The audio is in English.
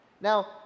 Now